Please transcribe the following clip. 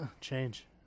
Change